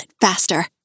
faster